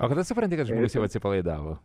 o kada supranti kad žmogus jau atsipalaidavo